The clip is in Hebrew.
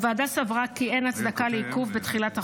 הוועדה סברה כי אין הצדקה לעיכוב בתחילת החוק,